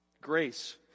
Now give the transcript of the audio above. Grace